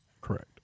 Correct